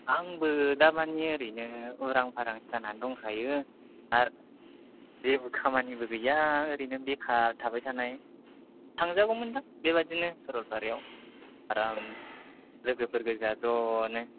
आंबो दामानि ओरैनो उरां फारांसो जानानै दंखायो आर जेबो खामानिबो गैया ओरैनो बेखार थाबाय थानाय थांजागौमोनदां बेबादिनो सरलपारायाव आराम लोगोफोर गोजा ज'नो